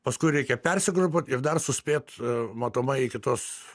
paskui reikia persigrupuot ir dar suspėt matomai iki tos